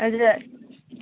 हजुर